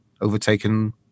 overtaken